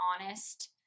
honest